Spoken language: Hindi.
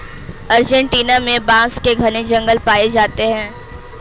अर्जेंटीना में बांस के घने जंगल पाए जाते हैं